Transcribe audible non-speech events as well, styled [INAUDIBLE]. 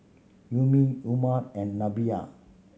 you me Umar and [UNINTELLIGIBLE]